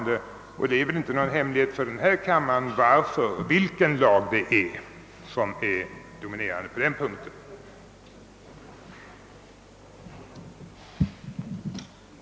Det är väl ingen hemlighet för kammarens ledamöter vilket lagförslag som härvidlag haft det dominerande inflytandet.